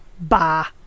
Bah